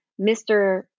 Mr